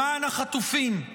למען החטופים,